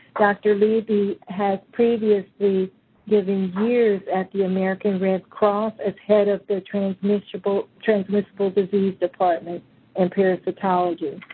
dr. leiby has previously given years at the american red cross as head of the transmissible transmissible disease department and parasitology.